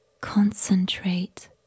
Concentrate